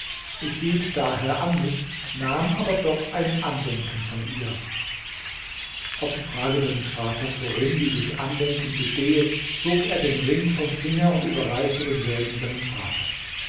ich hielt daher an mich nahm aber doch ein andenken von ihr auf die frage seines vaters worin dieses andenken bestehe zog er den ring vom finger und überreichte denselben seinem vater